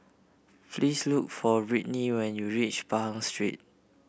please look for Britny when you reach Pahang Street